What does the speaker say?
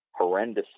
horrendously